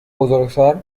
بزرگسال